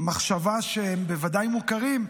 מחשבה שהן בוודאי מוכרות,